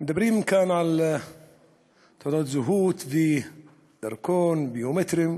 מדברים כאן על תעודת זהות ודרכון ביומטריים,